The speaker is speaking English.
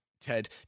Ted